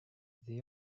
they